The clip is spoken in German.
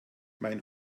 mein